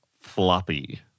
floppy